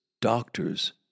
doctors